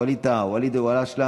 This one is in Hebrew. כעם מאוחד,